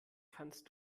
kannst